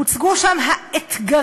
הוצגו שם ה"אתגרים".